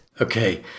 Okay